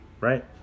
Right